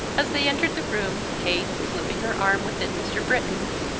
as they entered the room, kate, slipping her arm within mr. britton's,